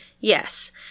Yes